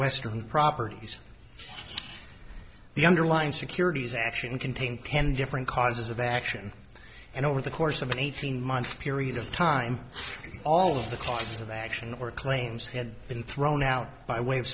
western properties the underlying securities action contained ten different causes of action and over the course of an eighteen month period of time all of the costs of action or claims had been thrown out by way of